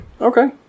Okay